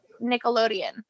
nickelodeon